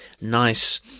nice